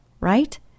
right